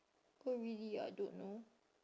oh really I don't know